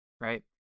right